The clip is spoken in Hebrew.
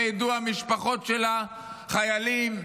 וידעו המשפחות של החיילים,